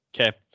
Okay